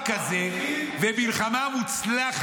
אני עומד מאחורי זה.